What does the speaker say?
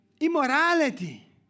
Immorality